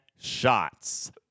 shots